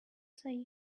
say